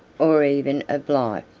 or even of life.